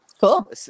Cool